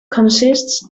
consist